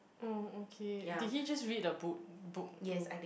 oh okay did he just read a book book too